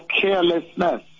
carelessness